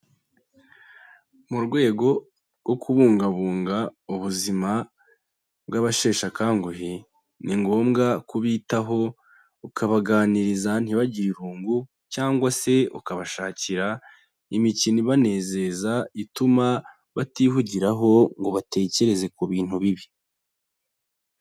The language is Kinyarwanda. Mu rwego rwo kubungabunga ubuzima bw'abasheshakanguhe ni ngombwa kubitaho, ukabaganiriza ntibagire irungu, cyangwa se ukabashakira imikino ibanezeza ituma batihugiraho ngo batekereze ku bintu bibi.